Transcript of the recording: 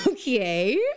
okay